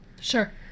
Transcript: Sure